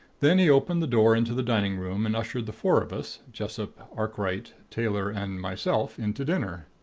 then he opened the door into the dining room, and ushered the four of us jessop, arkright, taylor and myself in to dinner.